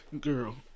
girl